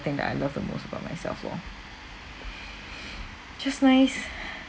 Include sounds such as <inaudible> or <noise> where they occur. thing that I love the most about myself loh <breath> just nice